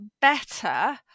better